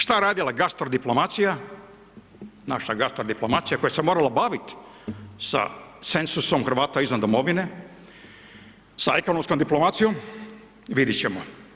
Šta je radila gastro diplomacija, naša gastro diplomacija koja se morala bavit sa cenzusom Hrvata izvan domovine, sa ekonomskom diplomacijom, vidit ćemo.